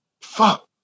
fuck